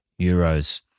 euros